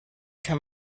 kann